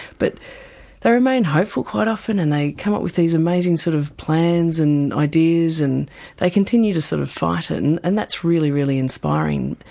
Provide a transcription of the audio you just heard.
but they remain hopeful quite often and they come up with these amazing sort of plans and ideas and they continue to sort of fight and and that's really, really inspiring.